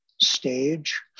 stage